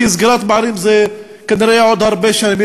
כי סגירת פערים תהיה כנראה עוד הרבה שנים,